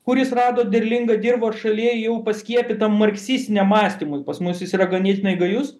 kuris rado derlingą dirvą šalyje jau paskiepytam marksistiniam mąstymui pas mus jis yra ganėtinai gajus